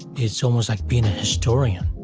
it's almost like being a historian